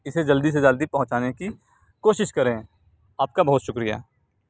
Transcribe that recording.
اسے جلدی سے جلدی سے پہنچانے کی کوشش کریں آپ کا بہت شکریہ